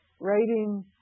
writing